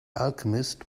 alchemist